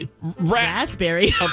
Raspberry